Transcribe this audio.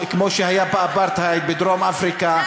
כמו שהיה באפרטהייד בדרום-אפריקה,